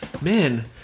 man